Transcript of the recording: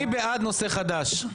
מי בעד נושא חדש?